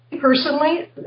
personally